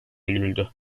öldürüldü